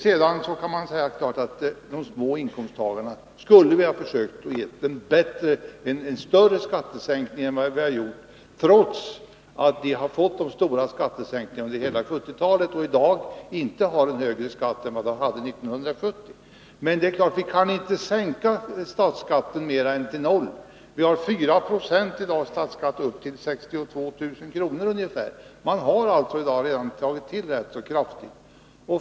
Det är klart att man kan säga att vi borde ha försökt att ge de små inkomsttagarna en större skattesänkning än vi gjort, trots att de har fått stora skattesänkningar under hela 1970-talet — de har i dag inte högre skatt än de hade 1970. Vi kan inte sänka statsskatten mer än till noll. Vi har i dag 4 96 statsskatt på inkomster upp till ca 62 000 kr. Man har i dag alltså tagit till ganska kraftigt.